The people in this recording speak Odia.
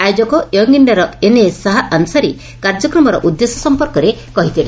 ଆୟୋଜକ ୟଙ୍ଙ୍ ଇଣ୍ଡିଆର ଏନ୍ଏ ଶାହା ଆନ୍ସାରୀ କାର୍ଯ୍ୟକ୍ମର ଉଦ୍ଦେଶ୍ୟ ସଂପର୍କରେ କହିଥିଲେ